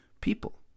people